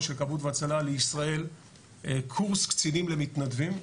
של כבאות והצלה לישראל קורס קצינים למתנדבים,